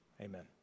amen